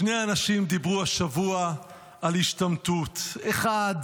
שני אנשים דיברו השבוע על השתמטות: האחד